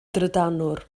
drydanwr